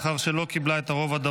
איפה כחול לבן?